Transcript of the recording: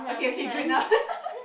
okay okay good enough